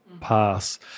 pass